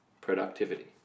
productivity